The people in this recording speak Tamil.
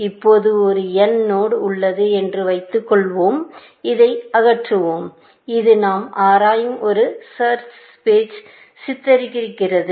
இப்போது ஒரு n நோடு உள்ளது என்று வைத்துக் கொள்வோம் இதை அகற்றுவோம் இது நாம் ஆராயும் ஒரு சர்ச் ஸ்பேஸைசித்தரிக்கிறது